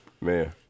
man